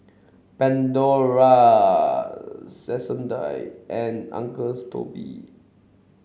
Pandora Sensodyne and Uncle Toby